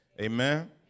Amen